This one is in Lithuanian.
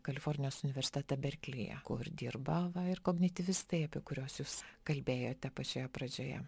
kalifornijos universitetą berklyje kur dirba va ir kognityvistai apie kuriuos jūs kalbėjote pačioje pradžioje